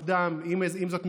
אם זו עמלת פירעון מוקדם,